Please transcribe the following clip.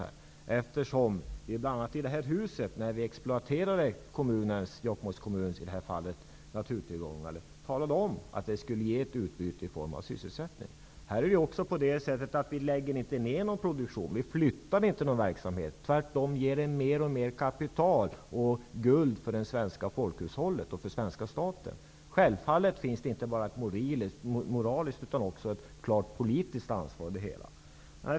När vi i riksdagen fattade beslut om att exploatera naturtillgångar i Jokkmokks kommun talade vi om att det skulle ge ett utbyte i form av sysselsättning. Vi lägger inte ner produktion och flyttar inte någon verksamhet. Tvärtom ger verksamheten mer och mer kapital och guld för det svenska folkhushållet och svenska staten. Självfallet finns inte bara ett moraliskt ansvar utan också ett politiskt ansvar.